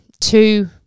two